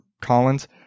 Collins